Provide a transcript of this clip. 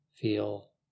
Feel